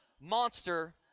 monster